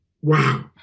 wow